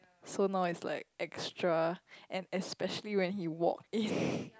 so now it's like extra and especially when he walk in